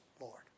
Lord